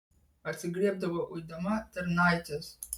atsigriebdavo uidama tarnaites